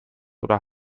oder